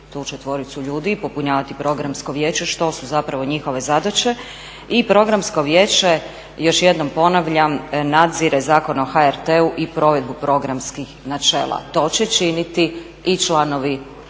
tu četvoricu ljudi i popunjavati Programsko vijeće što su zapravo njihove zadaće i Programsko vijeće, još jednom ponavljam, nadzire Zakon o HRT-u i provedbu programskih načela. To će činiti i članovi